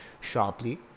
sharply